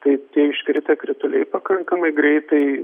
tai tie iškritę krituliai pakankamai greitai